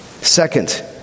Second